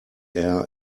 air